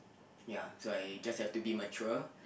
ya so I just have to be mature